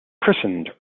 christened